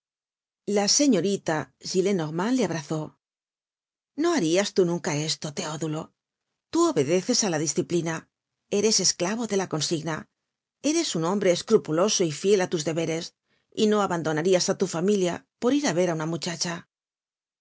la señorita gillenormand le abrazó no harias tú nunca esto teodulo tú obedeces á la disciplina eres esclavo de la consigna eres un hombre escrupuloso y fiel á tus deberes y no abandonarias á tu familia por ir á ver á una muchacha